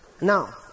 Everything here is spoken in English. Now